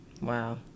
Wow